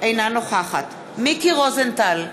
אינה נוכחת מיקי רוזנטל,